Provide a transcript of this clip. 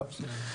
לא.